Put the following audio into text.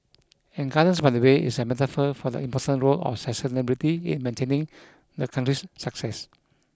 and Gardens by the Bay is a metaphor for the important role of sustainability in maintaining the country's success